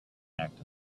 act